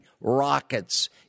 rockets